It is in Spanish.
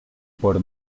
por